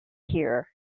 here